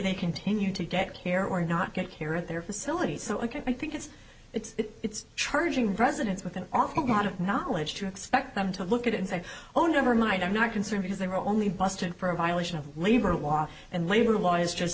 they continue to get care or not get care at their facility so i think it's it's it's charging residents with an awful lot of knowledge to expect them to look at and say oh never mind i'm not concerned because they were only busted for a violation of labor law and labor law is just